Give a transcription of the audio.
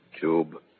tube